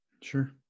Sure